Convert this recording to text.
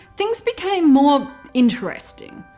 things became more interesting.